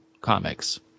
comics